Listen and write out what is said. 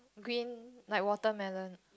green like watermelon